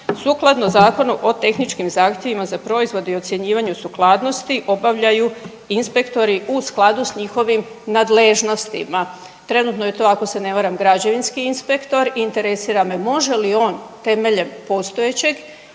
sukladno Zakonu o tehničkim zahtjevima za proizvode i ocjenjivanju sukladnosti obavljaju inspektori u skladu s njihovim nadležnostima. Trenutno je to ako se ne varam građevinski inspektor. Interesira me može li on temeljem postojećeg,